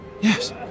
Yes